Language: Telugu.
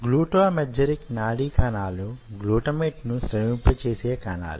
గ్లూటా మెటర్జిక్ నాడీ కణాలు గ్లూటమేట్ ను స్రవింపచేసే కణాలు